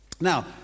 Now